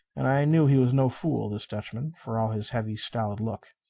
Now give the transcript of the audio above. and i knew he was no fool, this dutchman, for all his heavy, stolid look.